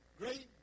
great